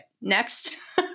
next